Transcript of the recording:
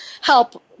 help